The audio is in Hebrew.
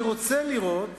אני רוצה לראות